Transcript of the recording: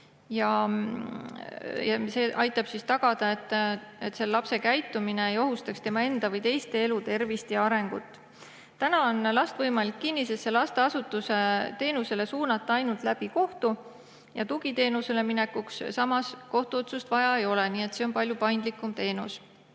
See aitab tagada, et lapse käitumine ei ohusta tema enda või teiste elu, tervist ja arengut. Praegu on last võimalik kinnisesse lasteasutuse teenusele suunata ainult kohtu kaudu. Tugiteenusele üleminekuks aga kohtuotsust vaja ei ole, nii et see on palju paindlikum teenus.